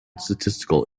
statistical